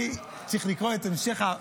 אני צריך לקרוא את ההמשך.